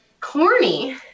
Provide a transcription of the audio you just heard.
Corny